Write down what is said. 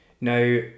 Now